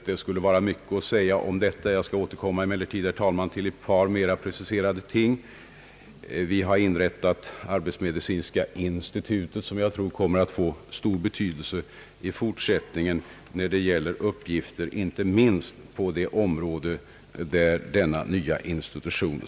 Mycket skulle vara att säga om hela Om ökad hälsoupplysning detta fält, men jag begränsar mig till några frågor, herr talman. Vi har inrättat arbetsmedicinska institutet, som jag tror kommer att få stor betydelse i fortsättningen då det gäller uppgifter som skall sysselsätta denna nya institution.